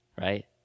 right